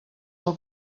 del